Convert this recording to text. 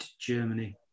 germany